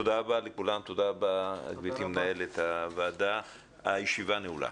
תודה רבה, תודה למנהלת הוועדה, הישיבה נעולה.